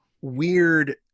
weird